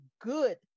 good